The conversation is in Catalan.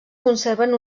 conserven